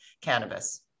cannabis